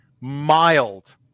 mild